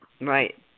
right